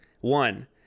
One